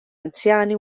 anzjani